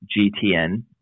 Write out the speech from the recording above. GTN